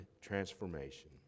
transformation